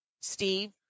Steve